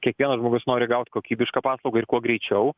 kiekvienas žmogus nori gauti kokybišką paslaugą ir kuo greičiau